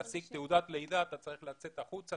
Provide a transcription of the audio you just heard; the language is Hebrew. להשיג תעודת לידה אתה צריך לצאת החוצה